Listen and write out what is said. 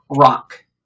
rock